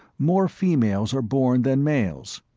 more females are born than males.